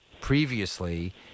previously